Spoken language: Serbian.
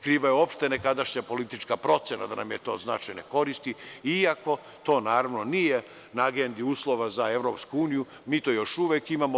Kriva je opšta nekadašnja politička procena da nam je to od značajne koristi, iako to nije na agendi uslova za EU, mi to još uvek imamo.